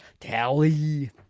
Tally